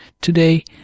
Today